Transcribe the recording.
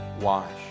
wash